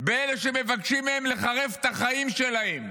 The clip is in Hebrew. באלה שמבקשים מהם לחרף את החיים שלהם.